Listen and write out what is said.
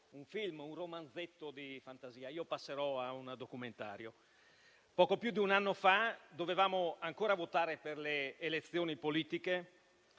un film, un romanzetto di fantasia, ma io passerò a un documentario. Poco più di un anno fa, quando dovevamo ancora votare per le elezioni politiche